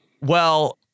Well-